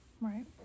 Right